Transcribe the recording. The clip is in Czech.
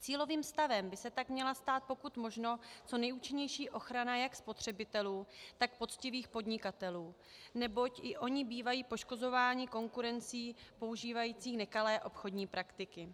Cílovým stavem by se tak měla stát pokud možno co nejúčinnější ochrana jak spotřebitelů, tak poctivých podnikatelů, neboť i oni bývají poškozováni konkurencí používající nekalé obchodní praktiky.